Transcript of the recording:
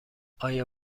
آیا